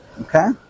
Okay